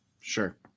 Sure